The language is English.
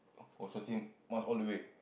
also same must all the way